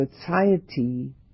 society